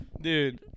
Dude